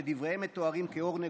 שדבריהם מתוארים כאור נגוהות,